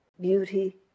beauty